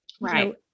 Right